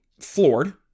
floored